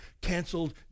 canceled